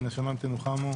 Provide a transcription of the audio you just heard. מן השמיים תנוחמו.